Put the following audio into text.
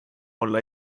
olla